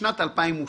בשנת 2002,